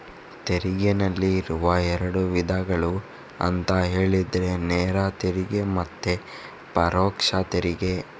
ತೆರಿಗೆನಲ್ಲಿ ಇರುವ ಎರಡು ವಿಧಗಳು ಅಂತ ಹೇಳಿದ್ರೆ ನೇರ ತೆರಿಗೆ ಮತ್ತೆ ಪರೋಕ್ಷ ತೆರಿಗೆ